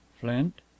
flint